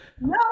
No